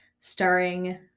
starring